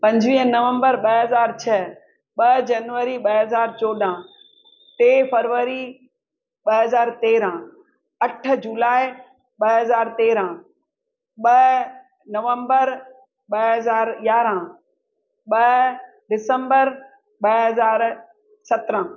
पंजवीह नवंम्बर ॿ हज़ार छह ॿ जनवरी ॿ हज़ार चोॾहं टे फरवरी ॿ हज़ार तेरहं अठ जुलाए ॿ हज़ार तेरहं ॿ नवंम्बर ॿ हज़ार यारहं ॿ डिसंम्बर ॿ हज़ार सत्रहं